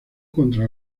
contra